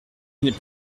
n’est